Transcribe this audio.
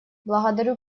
благодарю